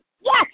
Yes